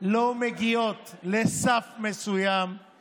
לא מגיעות לסף מסוים, הוא